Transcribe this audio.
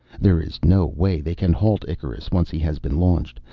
there is no way they can halt icarus, once he has been launched.